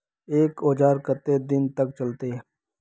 एक औजार केते दिन तक चलते?